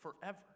forever